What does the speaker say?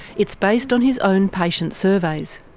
it's based on his own patient surveys.